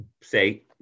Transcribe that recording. say